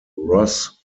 ross